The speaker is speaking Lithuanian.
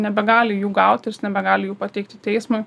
nebegali jų gauti ir jis nebegali jų pateikti teismui